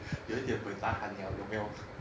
有一点 buay tahan liao 有没有